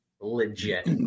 legit